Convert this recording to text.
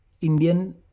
Indian